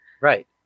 right